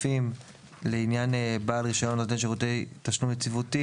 לעניין בעל רישיון נותן שירותי תשלום יציבותי